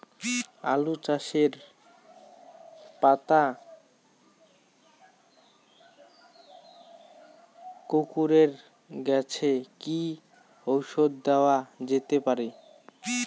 আলু গাছের পাতা কুকরে গেছে কি ঔষধ দেওয়া যেতে পারে?